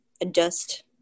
adjust